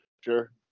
Sure